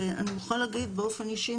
אני מוכרחה להגיד באופן אישי,